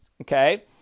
Okay